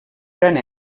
gran